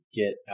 get